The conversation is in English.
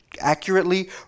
Accurately